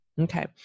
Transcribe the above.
Okay